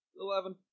Eleven